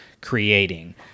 creating